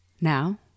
Now